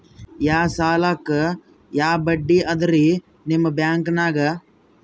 ಯಾ ಸಾಲಕ್ಕ ಯಾ ಬಡ್ಡಿ ಅದರಿ ನಿಮ್ಮ ಬ್ಯಾಂಕನಾಗ?